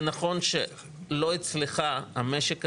זה נכון שלא אצלך המשק הזה,